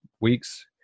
weeks